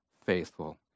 faithful